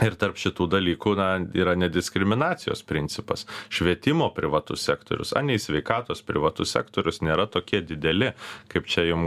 ir tarp šitų dalykų na yra nediskriminacijos principas švietimo privatus sektorius anei sveikatos privatus sektorius nėra tokie dideli kaip čia jum